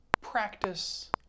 practice